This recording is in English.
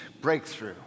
Breakthrough